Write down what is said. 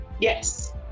Yes